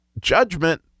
judgment